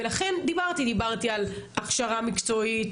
ולכן דיברתי על הכשרה מקצועית,